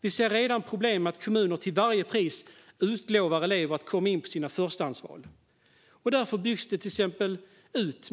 Vi ser redan problem med att kommuner till varje pris utlovar elever att komma in på sina förstahandsval. Därför byggs